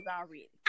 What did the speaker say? already